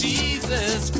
Jesus